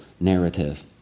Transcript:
narrative